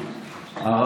בכל בניין לשים אנטנה?